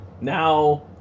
now